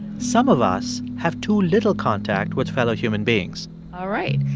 some of us have too little contact with fellow human beings all right.